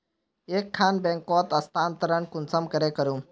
एक खान बैंकोत स्थानंतरण कुंसम करे करूम?